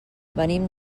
venim